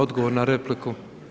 Odgovor na repliku.